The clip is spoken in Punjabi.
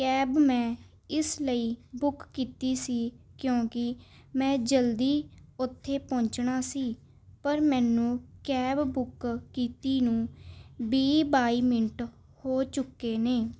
ਕੈਬ ਮੈਂ ਇਸ ਲਈ ਬੁੱਕ ਕੀਤੀ ਸੀ ਕਿਉਂਕਿ ਮੈਂ ਜਲਦੀ ਉੱਥੇ ਪਹੁੰਚਣਾ ਸੀ ਪਰ ਮੈਨੂੰ ਕੈਬ ਬੁੱਕ ਕੀਤੀ ਨੂੰ ਵੀਹ ਬਾਈ ਮਿੰਟ ਹੋ ਚੁੱਕੇ ਨੇ